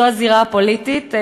זו הזירה הפוליטית,